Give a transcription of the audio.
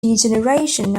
degeneration